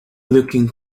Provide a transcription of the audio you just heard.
looking